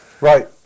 Right